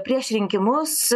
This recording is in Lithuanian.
prieš rinkimus